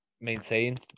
maintain